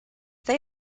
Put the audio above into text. they